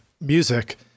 music